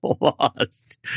lost